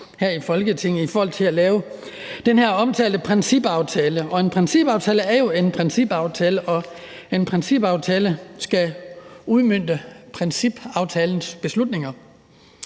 i Folketinget i forhold til at lave den her omtalte principaftale. En principaftale er jo en principaftale, og et lovforslag skal udmønte principaftalens beslutninger.